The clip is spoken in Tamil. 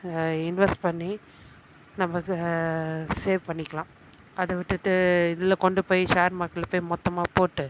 இன்வெஸ்ட் பண்ணி நம்ம அதை சேவ் பண்ணிக்கலாம் அதை விட்டுட்டு இதில் கொண்டு போய் ஷேர் மார்க்கெட்ல போய் மொத்தமாக போட்டு